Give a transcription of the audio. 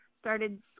started